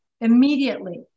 immediately